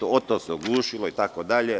O to se oglušilo itd.